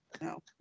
No